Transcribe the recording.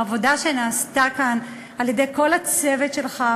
העבודה שנעשתה כאן על-ידי כל הצוות שלך,